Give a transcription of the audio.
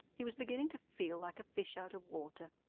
he was beginning to feel like a fish out of water.